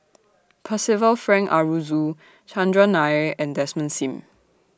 Percival Frank Aroozoo Chandran Nair and Desmond SIM